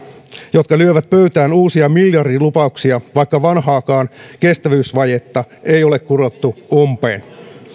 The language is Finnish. jotka lyövät pöytään uusia miljardilupauksia vaikka vanhaakaan kestävyysvajetta ei ole kurottu umpeen